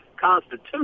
Constitution